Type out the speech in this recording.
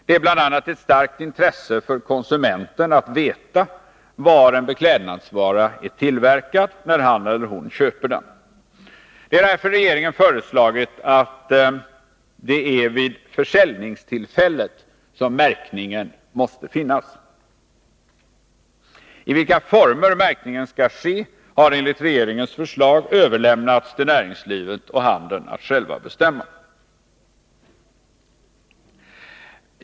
Det är bl.a. ett starkt intresse för konsumenten att veta var en beklädnadsvara är tillverkad, när han eller hon köper den. Det är därför regeringen föreslagit att det är vid försäljningstillfället som märkningen måste finnas. I vilka former märkningen skall ske har enligt regeringens förslag överlämnats till näringslivet och handeln att själva bestämma.